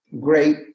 great